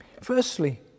Firstly